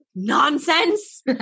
nonsense